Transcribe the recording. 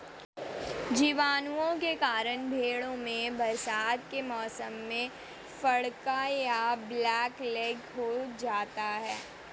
जीवाणुओं के कारण भेंड़ों में बरसात के मौसम में फड़का या ब्लैक लैग हो जाता है